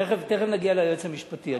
תיכף נגיע ליועץ המשפטי.